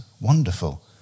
wonderful